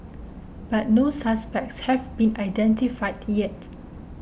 but no suspects have been identified yet